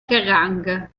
kerrang